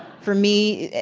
for me,